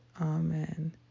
Amen